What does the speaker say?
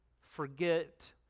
forget